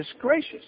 gracious